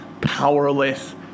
powerless